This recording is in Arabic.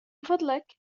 فضلك